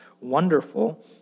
wonderful